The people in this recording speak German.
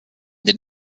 den